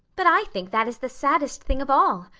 but i think that is the saddest thing of all.